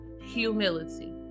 humility